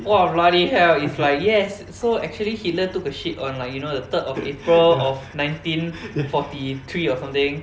!wah! bloody hell is like yes so actually hitler took a shit on like you know the third of april of nineteen forty three or something